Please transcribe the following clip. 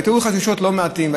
והיו חששות לא מעטים,